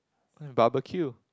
barbeque